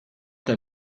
der